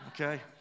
Okay